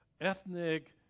ethnic